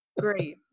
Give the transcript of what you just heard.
Great